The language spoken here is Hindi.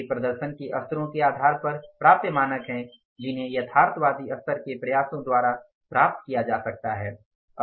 वे प्रदर्शन के स्तरों के आधार पर प्राप्य मानक हैं जिन्हें यथार्थवादी स्तर के प्रयासों द्वारा प्राप्त किया जा सकता है